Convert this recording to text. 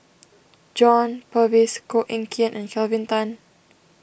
John Purvis Koh Eng Kian and Kelvin Tan